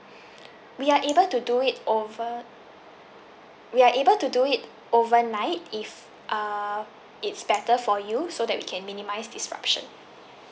we are able to do it over we are able to do it over night if err it's better for you so that we can minimise disruption